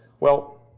well,